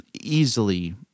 easily